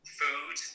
food